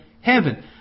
heaven